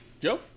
Joe